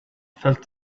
felt